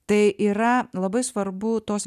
tai yra labai svarbu tos